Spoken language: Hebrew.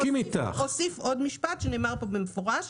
אוסיף עוד משפט שנאמר פה במפורש,